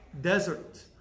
desert